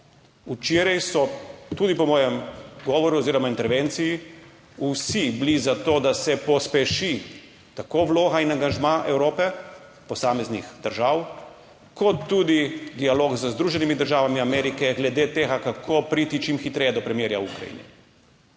Včeraj so tudi po mojem govoru oziroma intervenciji, vsi bili za to, da se pospeši tako vloga in angažma Evrope, posameznih držav, kot tudi dialog z Združenimi državami Amerike glede tega, kako priti čim hitreje do premirja v Ukrajini.